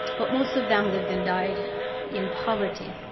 but most of them lived and died in poverty.